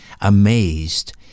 amazed